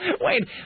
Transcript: Wait